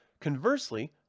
Conversely